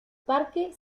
parque